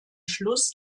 schluss